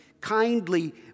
kindly